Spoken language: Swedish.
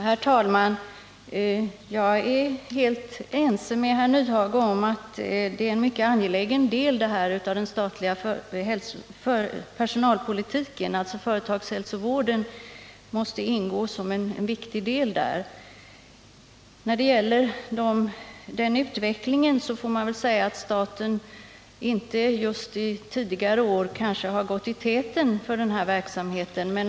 Herr talman! Jag är helt ense med herr Nyhage om att det gäller en mycket angelägen del av den statliga personalpolitiken. Företagshälsovården måste ingå som en viktig del i denna. När det gäller den utvecklingen får man väl säga att staten under tidigare år inte direkt har gått i spetsen.